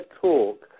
talk